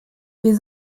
wir